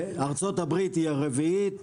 ארצות הברית היא הרביעית,